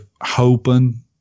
hoping